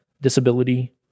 disability